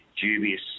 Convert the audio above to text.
dubious